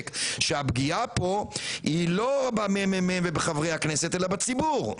בצדק שהפגיעה פה היא לא במ.מ.מ או בחברי הכנסת אלא בציבור.